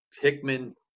Hickman